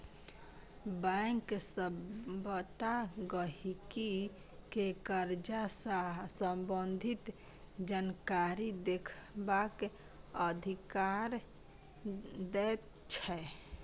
bank सबटा गहिंकी केँ करजा सँ संबंधित जानकारी देखबाक अधिकार दैत छै